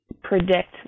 predict